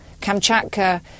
Kamchatka